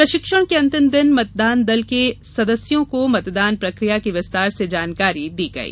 प्रशिक्षण के अंतिम दिन मतदान दल के सदस्यों को मतदान प्रक्रिया की विस्तार से जानकारी दी गई